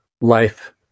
life